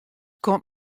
komt